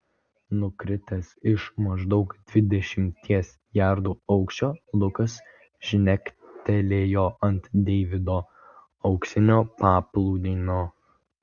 nukritęs iš maždaug dvidešimties jardų aukščio lukas žnektelėjo ant deivido auksinio paplūdimio